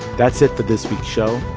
that's it for this week's show.